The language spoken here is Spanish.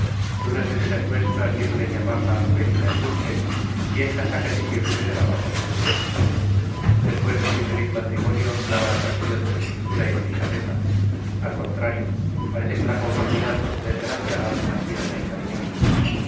que unas vecinas nuestras dieron en llamarla perita en dulce y en casa casi siempre le dábamos ese nombre después de su infeliz matrimonio nada ha perdido de su dulzura y delicadeza al contrario parece que la conformidad con su desgracia la hace más tierna y cariñosa